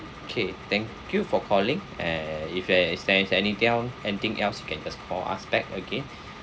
K thank you for calling and if there is there is anything else anything else you can just call us back again